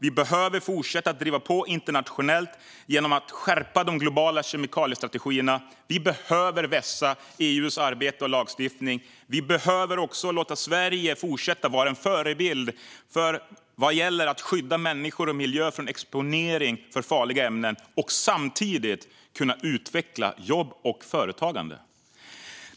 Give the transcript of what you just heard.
Vi behöver fortsätta att driva på internationellt genom att skärpa de globala kemikaliestrategierna. Vi behöver vässa EU:s arbete och lagstiftning. Vi behöver också låta Sverige fortsätta vara en förebild vad gäller att skydda människor och miljö från exponering för farliga ämnen och samtidigt kunna utveckla jobb och företagande.